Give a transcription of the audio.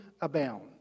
abound